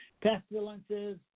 pestilences